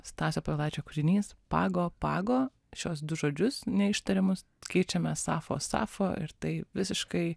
stasio povilaičio kūrinys pago pago šiuos du žodžius neištariamus keičiame sapfo sapfo ir tai visiškai